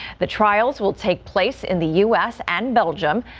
the trials will take place in the u s. and belgium.